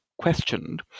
questioned